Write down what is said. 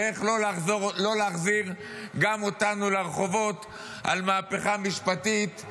ואיך לא להחזיר גם אותנו לרחובות על מהפכה משפטית,